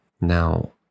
Now